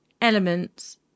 elements